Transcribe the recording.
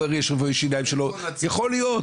יכול להיות.